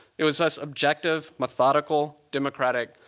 it was this objective, methodical, democratic,